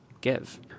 give